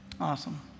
Awesome